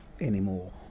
anymore